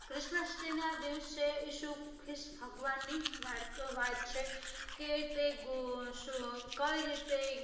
Christmas ટ્રીના દિવસે ઈશુ ખ્રિસ ભગવાનની વાત છે કે તે કઈ રીતે